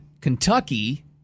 Kentucky